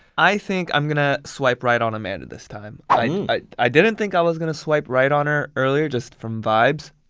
i think i'm gonna swipe right on amanda this time. i i didn't think i was gonna swipe right on her earlier just from vibes.